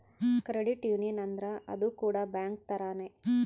credit union ಅಂದ್ರ ಅದು ಕೂಡ ಬ್ಯಾಂಕ್ ತರಾನೇ